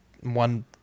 one